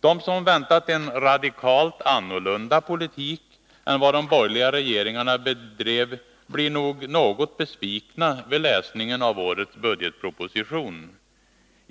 De som väntat en radikalt annorlunda politik än vad de borgerliga regeringarna bedrev blev nog något besvikna vid läsningen av årets budgetproposition.